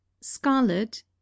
scarlet